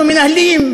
שאנחנו מנהלים,